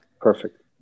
perfect